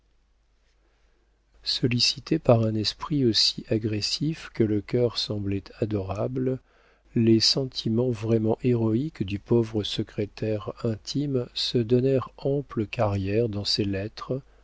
sollicités par un esprit aussi agressif que le cœur semblait adorable les sentiments vraiment héroïques du pauvre secrétaire intime se donnèrent ample carrière dans ces lettres